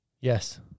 Yes